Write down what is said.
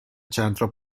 centro